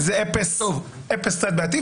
זה בעייתי,